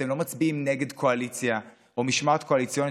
אתם לא מצביעים נגד קואליציה או משמעת קואליציונית,